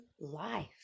life